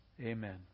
Amen